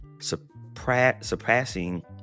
surpassing